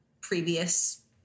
previous